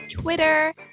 Twitter